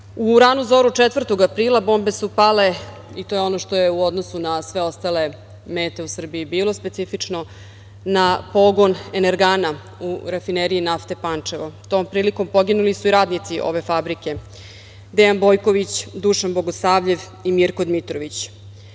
U ranu zoru 4. aprila bombe su pale i to je ono što je u odnosu na sve ostale mete u Srbiji bilo specifično na pogon „Energana“ u Rafineriji nafte Pančevo. Tom prilikom poginuli su i radnici ove fabrike: Dejan Bojković, Dušan Bogosavljev i Mirko Dmitrović. Sedam